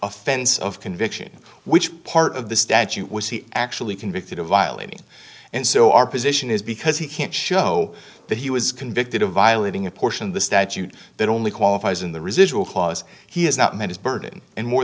offense of conviction which part of the statute was he actually convicted of violating and so our position is because he can't show that he was convicted of violating a portion of the statute that only qualifies in the residual clause he has not met his burden and more